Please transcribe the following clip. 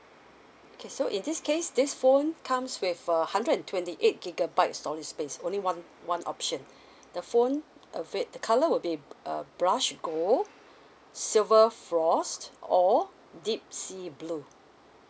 okay so in this case this phone comes with uh hundred and twenty eight gigabytes storage space only one one option the phone of it the colour will be uh brush gold silver frost or deep sea blue